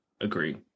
agree